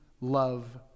love